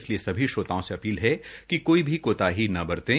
इसलिए सभी श्रोताओं से अपील है कि कोई भी कोताही न बरतें